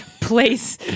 place